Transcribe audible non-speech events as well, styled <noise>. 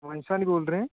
<unintelligible> ਬੋਲ ਰਹੇ